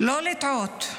לא לטעות,